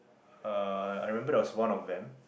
ah I remember there's one of them